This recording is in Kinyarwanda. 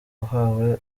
wahawe